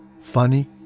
funny